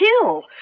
kill